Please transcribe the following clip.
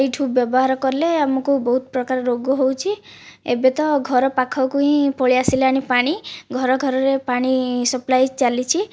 ଏହିଠାରୁ ବ୍ୟବହାର କଲେ ଆମକୁ ବହୁତ ପ୍ରକାର ରୋଗ ହେଉଛି ଏବେ ତ ଘର ପାଖକୁ ହିଁ ପଳାଇଆସିଲାଣି ପାଣି ଘର ଘରରେ ପାଣି ସପ୍ଳାଇ ଚାଲିଛି